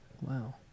Wow